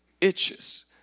itches